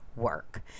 work